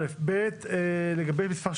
לגבי פסקה